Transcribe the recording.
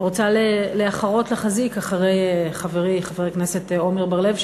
רוצה להחרות להחזיק אחרי חברי חבר הכנסת עמר בר-לב,